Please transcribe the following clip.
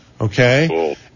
Okay